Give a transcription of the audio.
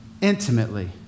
intimately